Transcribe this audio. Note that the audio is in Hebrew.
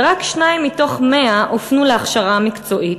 ורק שניים מתוך 100 הופנו להכשרה מקצועית.